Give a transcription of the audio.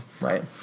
Right